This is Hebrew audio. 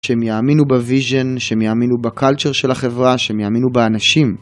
שהם יאמינו בוויז'ן, שהם יאמינו בקלצ'ר של החברה, שהם יאמינו באנשים.